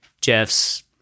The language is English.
Jeff's